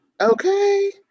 Okay